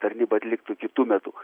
tarnybą atliktų kitu metu